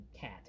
cat